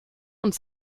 und